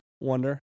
wonder